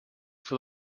for